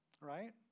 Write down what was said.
right